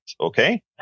Okay